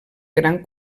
gran